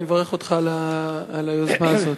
אני מברך אותך על היוזמה הזאת.